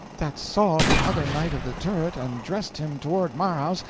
that saw the other knight of the turret, and dressed him toward marhaus,